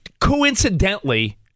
coincidentally